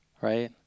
right